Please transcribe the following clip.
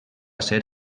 ser